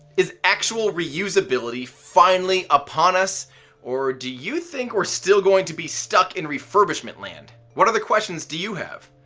is actual reusability finally upon us or do you think we're still going to be stuck in refurbishment land? what other questions do you have?